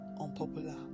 unpopular